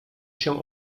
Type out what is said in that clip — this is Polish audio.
się